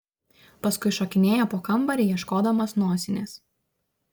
paskui šokinėja po kambarį ieškodamas nosinės